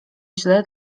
źle